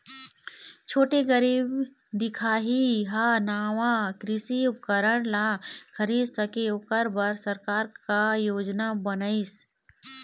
छोटे गरीब दिखाही हा नावा कृषि उपकरण ला खरीद सके ओकर बर सरकार का योजना बनाइसे?